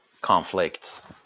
conflicts